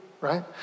right